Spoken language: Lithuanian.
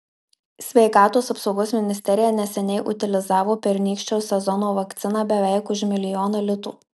sveikatos apsaugos ministerija neseniai utilizavo pernykščio sezono vakciną beveik už milijoną litų